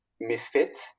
misfits